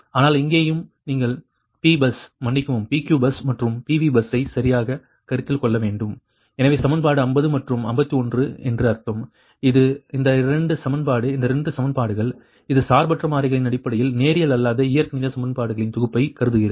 ஆனால் இங்கேயும் நீங்கள் P பஸ் மன்னிக்கவும் PQ பஸ் மற்றும் PV பஸ்ஸை சரியாகக் கருத்தில் கொள்ள வேண்டும் எனவே சமன்பாடு 50 மற்றும் 51 என்று அர்த்தம் இந்த 2 சமன்பாடு இந்த 2 சமன்பாடுகள் இது சார்பற்ற மாறிகளின் அடிப்படையில் நேரியல் அல்லாத இயற்கணித சமன்பாடுகளின் தொகுப்பைக் கருதுகிறது